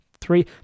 three